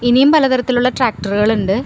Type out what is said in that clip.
ഇനിയും പല തരത്തിലുള്ള ട്രാക്ടറുകളുണ്ട്